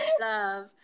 love